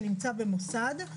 שנמצא במוסד,